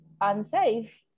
unsafe